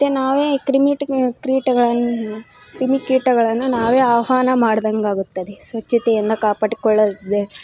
ಮತ್ತು ನಾವೇ ಕ್ರಿಮಿಟ ಕ್ರೀಟಗಳನ್ನ ಕ್ರಿಮಿಕೀಟಗಳನ್ನ ನಾವೇ ಆಹ್ವಾನ ಮಾಡಿದಂಗಾಗುತ್ತದೆ ಸ್ವಚ್ಛತೆಯನ್ನ ಕಾಪಾಡಿಕೊಳ್ಳದೆ